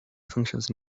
functions